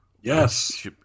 Yes